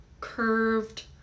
curved